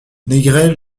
négrel